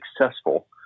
successful